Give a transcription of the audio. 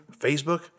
Facebook